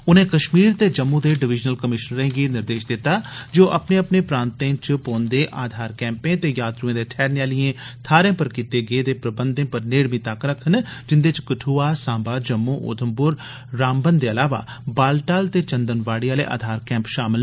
उनें कश्मीर ते जम्मू दे डिवीजनल कमीशनरें गी निर्देश दिता जे ओ अपने अपने प्रांते च पौंदे आधार कैम्पें ते यात्र्एं दे ठैहरने आलियें थारे पर कीते गेदे प्रबंधें पर नेड़मी तक्क रक्खन जिन्दे च कठ्आ साम्बा जम्मू उधमपुर रामबन दे ईलावा बालटाल ते चंदनबाड़ी आले आधार कैम्प शामल